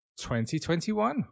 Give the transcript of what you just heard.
2021